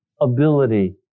ability